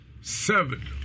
seven